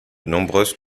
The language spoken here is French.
nombreuses